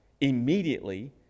Immediately